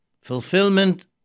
Fulfillment